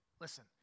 Listen